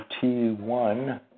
T1